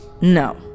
No